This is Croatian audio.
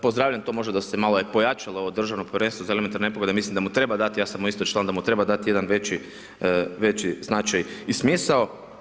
Pozdravljam to možda da se malo i pojačalo ovo državno Povjerenstvo za elementarne nepogode, mislim da mu treba dati, ja sam mu isto član, da mu treba dati jedan veći značaj i smisao.